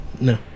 no